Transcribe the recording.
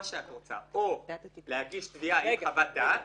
שאת רוצה או להגיש תביעה עם חוות דעת